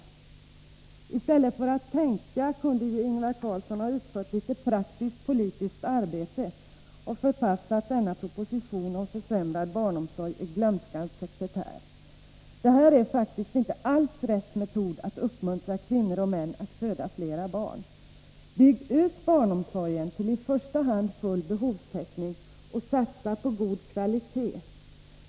I stället för att tänka kunde Ingvar Carlsson ha utfört litet praktiskt politiskt arbete och förpassat denna proposition om försämrad barnomsorg till glömskans sekretär. Att presentera den är faktiskt inte alls rätt metod för att uppmuntra kvinnor och män att skaffa sig flera barn. Bygg ut barnomsorgen till i första hand full behovstäckning och satsa på god kvalitet!